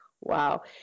wow